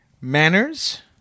manners